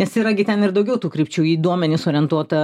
nes yra gi ten ir daugiau tų krypčių į duomenis orientuota